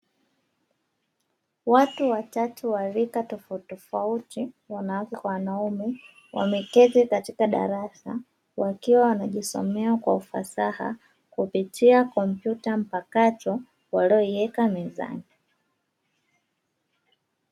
Watu watatu wa rika tofautitofauti wanawake kwa wanaume, wameketi katika darasa wakiwa wanajisomea kwa ufasaha kupitia kompyuta mpakato walioiweka mezani.